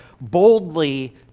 Boldly